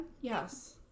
Yes